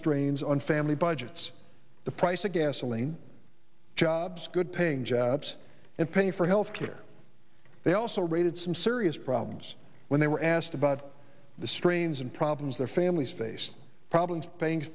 strains on family budgets the price of gasoline jobs good paying jobs and paying for health care they also rated some serious problems when they were asked about the strains and problems their families face problems